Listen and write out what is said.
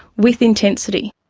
with intensity.